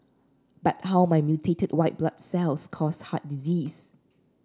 but how might mutated white blood cells cause heart disease